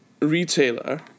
retailer